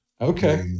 Okay